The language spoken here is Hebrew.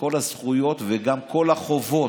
שכל הזכויות, וגם כל החובות,